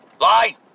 lie